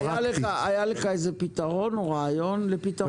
היה לך איזה פתרון או רעיון לפתרון?